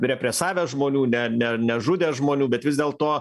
represavęs žmonių ne ne nežudė žmonių bet vis dėlto